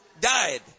died